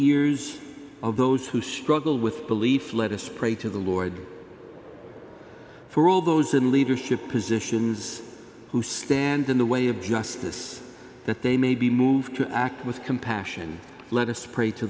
ears of those who struggle with belief let us pray to the lord for all those in leadership positions who stand in the way of justice that they may be moved to act with compassion let us pray to